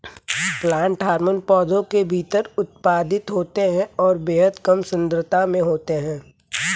plant hormone पौधों के भीतर उत्पादित होते हैंऔर बेहद कम सांद्रता में होते हैं